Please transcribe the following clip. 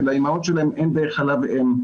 שלאימהות שלהם אין די חלב אם,